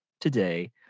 today